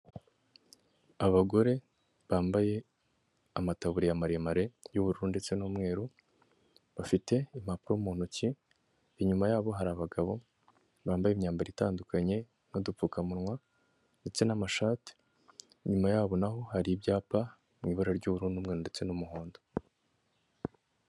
Abagore bambaye amataburi ya maremare y'ubururu ndetse n'umweru, bafite impapuro mu ntoki inyuma yaboho hari abagabo bambaye imyambaro itandukanye n'udupfukamunwa ndetse n'amashati, inyuma yaho naho hari ibyapa mu ibara ry'ubururu ndetse n'umuhondo.